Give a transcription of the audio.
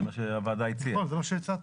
זה מה שהוועדה הציעה.